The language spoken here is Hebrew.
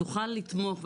המדינה תוכל לתמוך,